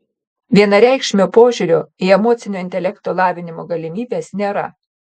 vienareikšmio požiūrio į emocinio intelekto lavinimo galimybes nėra